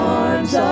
arms